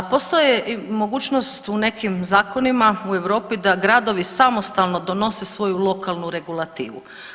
A postoji mogućnost u nekim zakonima u Europi da gradovi samostalno donose svoju lokalnu regulativu.